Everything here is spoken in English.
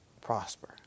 prosper